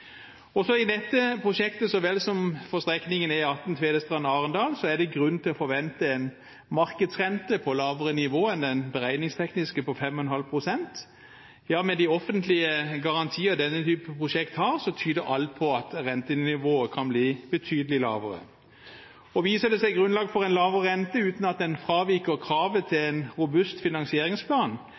Også i dette prosjektet, så vel som for strekningen Tvedestrand–Arendal på E18, er det grunn til å forvente en markedsrente på lavere nivå enn den beregningstekniske på 5,5 pst. – ja, med de offentlige garantier denne typen prosjekt har, tyder alt på at rentenivået kan bli betydelig lavere. Viser det seg å være grunnlag for en lavere rente uten at en fraviker kravet til en robust finansieringsplan,